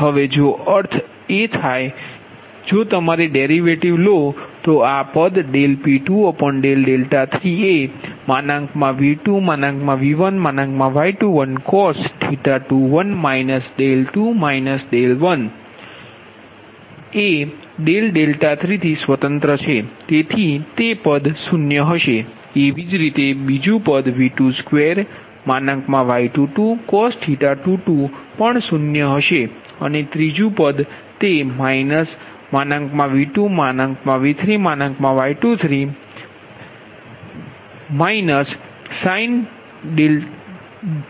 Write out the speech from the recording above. હવે જો અર્થ એ થાય કે જો તમે ડેરિવેટિવ લો છો તો આ પદ P23એ 3થી સ્વતંત્ર છે તેથી તે 0 હશે એવી જ રીતે બીજુ પદ V22Y22cos⁡ પણ 0 છે અને ત્રીજુ પદ તે V2V3Y23